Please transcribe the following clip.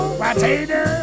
potato